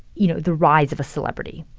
you know, the rise of a celebrity.